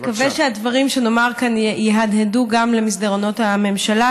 נקווה שהדברים שנאמר כאן יהדהדו גם למסדרונות הממשלה,